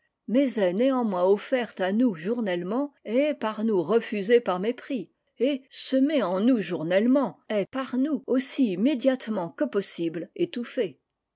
néanmoins offerte à nous journellement et est par nous refusée avec mépris et semée en nous journellement est par nous aussi immédiatement que possible étouffée